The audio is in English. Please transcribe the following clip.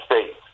States